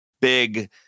big